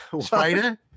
Spider